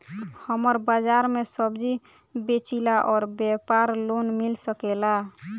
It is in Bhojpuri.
हमर बाजार मे सब्जी बेचिला और व्यापार लोन मिल सकेला?